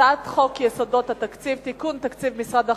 הצעת חוק יסודות התקציב (תיקון, תקציב משרד החוץ),